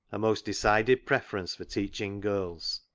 a most decided preference for teaching girls,